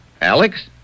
Alex